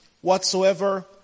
whatsoever